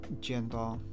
gender